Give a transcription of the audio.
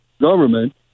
government